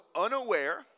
unaware